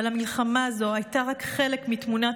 אבל המלחמה הזו הייתה רק חלק מתמונת